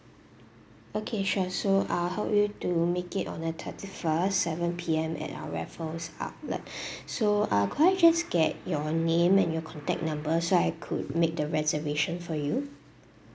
okay sure so I'll help you to make it on a thirty first seven P_M at our raffles outlet so uh could I just get your name and your contact number so I could make the reservation for you